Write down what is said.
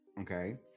okay